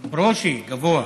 ברושי, גבוה.